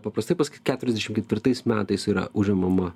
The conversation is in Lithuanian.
paprastai pasakyt keturiasdešim ketvirtais metais yra užimama